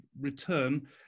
return